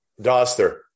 Doster